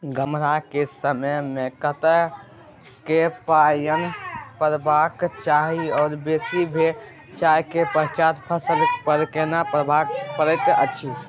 गम्हरा के समय मे कतेक पायन परबाक चाही आ बेसी भ जाय के पश्चात फसल पर केना प्रभाव परैत अछि?